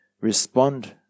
respond